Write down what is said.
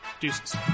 Deuces